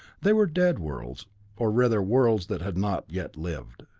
they were dead worlds or rather, worlds that had not yet lived.